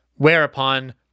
whereupon